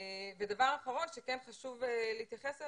דבר אחרון שכן חשוב להתייחס אליו,